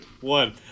one